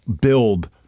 build